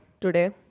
today